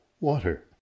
water